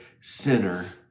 sinner